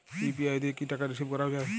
UPI দিয়ে কি টাকা রিসিভ করাও য়ায়?